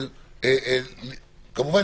כמובן,